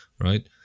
right